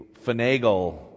finagle